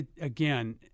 Again